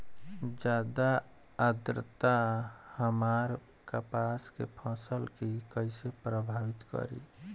ज्यादा आद्रता हमार कपास के फसल कि कइसे प्रभावित करी?